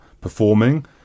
performing